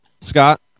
scott